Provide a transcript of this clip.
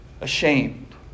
ashamed